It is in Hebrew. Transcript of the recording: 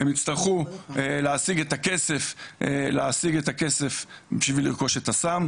הם יצטרכו להשיג את הכסף בשביל לרכוש את הסם,